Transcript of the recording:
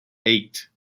eight